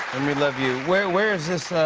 and we love you. where where is this?